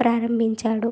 ప్రారంభించాడు